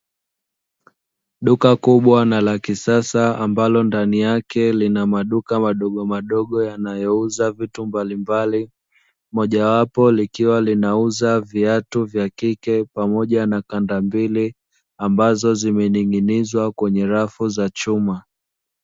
Duka kubwa na la kisasa ambalo ndani yake lina maduka madogomadogo ambayo yanauza vitu mbalimbali, majowapo linauza kandambili ambazo zimening'ing'izwa kwenye rafu za chuma.